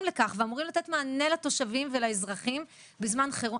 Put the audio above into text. לכך ואמורים לתת מענה לתושבים ולאזרחים בזמן חירום.